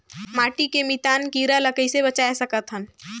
माटी के मितान कीरा ल कइसे बचाय सकत हन?